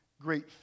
great